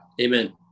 amen